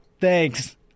Thanks